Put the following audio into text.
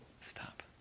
Stop